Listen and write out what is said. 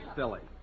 silly